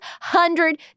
hundred